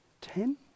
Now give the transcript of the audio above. Ten